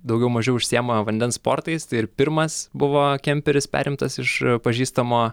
daugiau mažiau užsiima vandens sportais tai ir pirmas buvo kemperis perimtas iš pažįstamo